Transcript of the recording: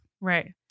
Right